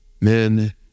men